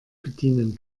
bedienen